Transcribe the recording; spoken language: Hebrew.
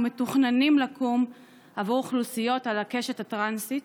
מתוכננים לקום עבור אוכלוסיות על הקשת הטרנסית